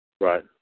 right